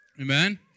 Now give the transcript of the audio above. Amen